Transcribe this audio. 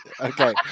Okay